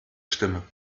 stimme